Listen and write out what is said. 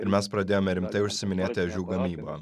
ir mes pradėjome rimtai užsiiminėti ežių gamyba